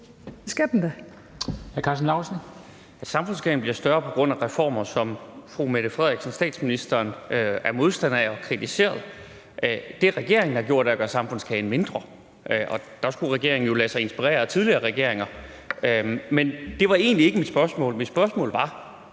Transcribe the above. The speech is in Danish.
Lauritzen (V): Samfundskagen bliver større på grund af reformer, som statsministeren er modstander af og har kritiseret. Det, regeringen har gjort, er at gøre samfundskagen mindre, og der burde regeringen jo lade sig inspirere af tidligere regeringer. Men det var egentlig ikke det, mit spørgsmål gik på. Mit spørgsmål var: